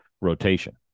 rotation